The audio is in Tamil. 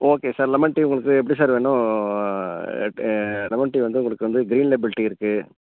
ஓகே சார் லெமன் டீ உங்களுக்கு எப்படி சார் வேணும் லெமன் டீ வந்து உங்களுக்கு வந்து க்ரீன் லேபுள் டீ இருக்கு